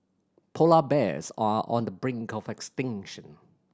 polar bears are on the brink of extinction